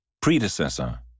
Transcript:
predecessor